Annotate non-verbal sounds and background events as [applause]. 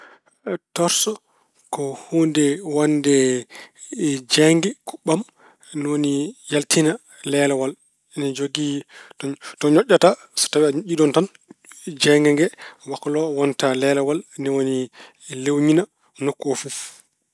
Torso ko huunde waɗde [hesitation] waɗde jeeynge, kuɓɓam. Ni woni yaltina leelewal. Ina jogii to ñoƴƴata, so tawi a ñoƴƴi noon tan jeeynge nge waklo wonta leelewal, ni woni leewñina nokku o fof.